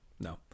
No